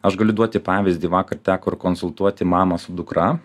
aš galiu duoti pavyzdį vakar teko ir konsultuoti mamą su dukra